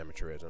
amateurism